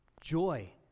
joy